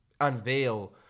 unveil